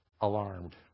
alarmed